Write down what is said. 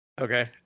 Okay